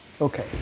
Okay